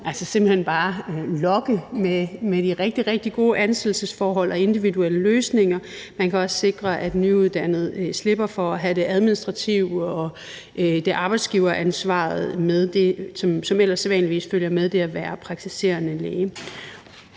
altså simpelt hen bare lokke med de rigtig, rigtig gode ansættelsesforhold og individuelle løsninger, og man kan også sikre, at nyuddannede slipper for at have det administrative og arbejdsgiveransvaret med, som ellers sædvanligvis følger med det at være praktiserende læge.